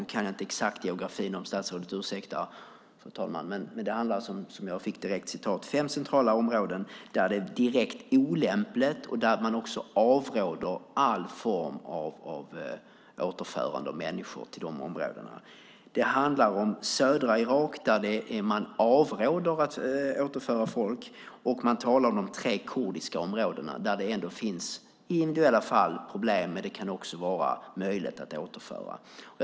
Nu kan jag inte, fru talman, exakt geografin, om statsrådet ursäktar. Men det handlar om fem centrala områden. Det är det direkt olämpligt att återföra människor till dem. Man avråder också från alla former av återförande av människor till de områdena. Det handlar om södra Irak. Man avråder från att återföra folk dit. Och man talar om de tre kurdiska områdena, där det i individuella fall finns problem. Det kan också vara möjligt att återföra människor dit.